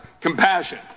Compassion